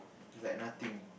is like nothing